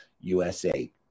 USA